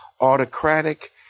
autocratic